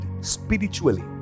spiritually